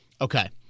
okay